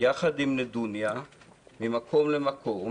יחד עם נדוניה ממקום למקום,